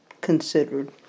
considered